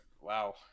Wow